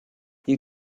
you